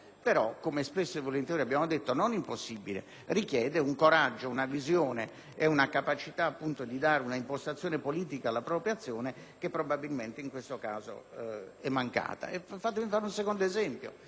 però, come spesso e volentieri abbiamo detto, non impossibile da fare. Essa richiede un coraggio, una visione e una capacità di dare un'impostazione politica alla propria azione che probabilmente in questo caso è mancata. Potrei fare un secondo esempio,